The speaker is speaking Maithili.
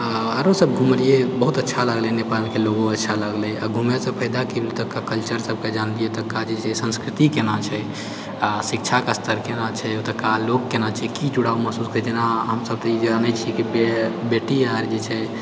आ आरो सब घुमलिऐ बहुत अच्छा लागलै नेपालके लोगो अच्छा लागलै आ घुमैसँ फायदा की कल्चर सबकेँ जानलिऐ ओतुका जे छै संस्कृति केना छै आ शिक्षाके स्तर केना छै ओतुका लोक केना छै की जुड़ाव महसूस करैत छै जेना हमसब तऽ ई जानै छिऐ कि बेतिया आर जे छै